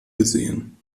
gesehen